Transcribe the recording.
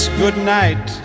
goodnight